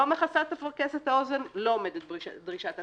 לא מכסה את אפרכסת האוזן - לא עומדת בדרישת התקנה.